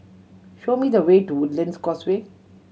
show me the way to Woodlands Causeway